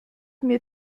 mir